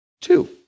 two